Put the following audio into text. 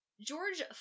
George